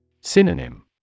Synonym